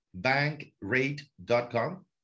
Bankrate.com